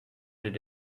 did